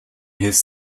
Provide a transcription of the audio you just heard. his